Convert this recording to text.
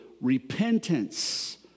repentance